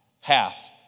Half